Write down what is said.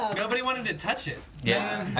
nobody wanted to touch it. yeah